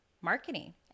marketing